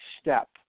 step